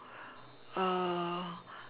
uh